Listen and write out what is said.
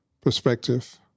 perspective